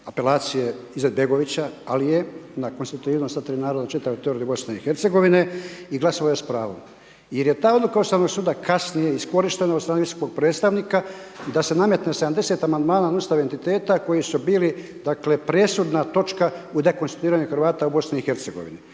apelacije Izetbegovića, ali je na .../Govornik se ne razumije./... sva tri naroda čitavom teritoriju Bosne i Hercegovine, i glasovao je s pravom, jer je ta odluka Ustavnog suda kasnije iskorištena od strane visokog predstavnika i da se nametne 70 amandmana na Ustav entiteta koji su bili dakle, presuda točka u dekonstituiranju Hrvata u Bosni i Hercegovini.